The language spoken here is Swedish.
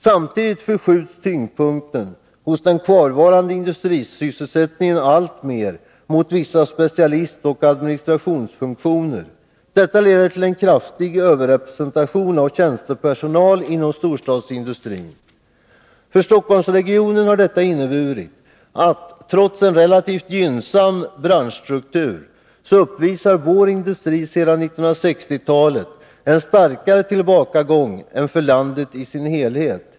Samtidigt förskjuts tyngdpunkten beträffande den kvarvarande industrisysselsätt ningen alltmer mot vissa specialistoch administrationsfunktioner. Detta 25 leder till en kraftig överrepresentation av tjänstepersonal inom storstadsindustrin. För Stockholmsregionen har detta inneburit att trots en relativt gynnsam branschstruktur uppvisar vår industri sedan 1960-talet en starkare tillbakagång än vad som gäller för landet i dess helhet.